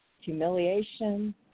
humiliation